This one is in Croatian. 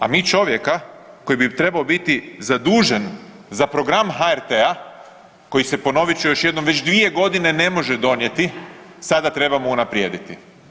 A mi čovjeka koji bi trebao biti zadužen za program HRT-a koji se ponovit ću još jednom već 2 godine ne može donijeti sada trebamo unaprijediti.